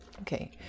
okay